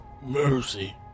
mercy